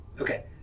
Okay